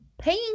paying